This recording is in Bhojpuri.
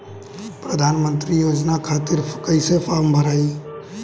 प्रधानमंत्री योजना खातिर कैसे फार्म भराई?